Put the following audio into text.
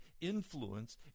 influence